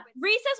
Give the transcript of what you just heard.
Recess